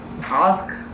Ask